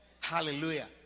Hallelujah